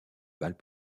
bals